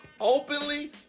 openly